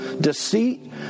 deceit